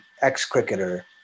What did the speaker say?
ex-cricketer